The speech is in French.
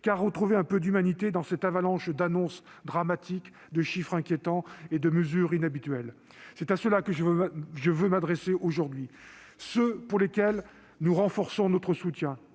qu'à retrouver un peu d'humanité dans cette avalanche d'annonces dramatiques, de chiffres inquiétants et de mesures inhabituelles. C'est à ceux-là que je veux m'adresser aujourd'hui. À ceux pour lesquels nous renforçons notre soutien,